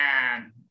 man